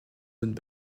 autres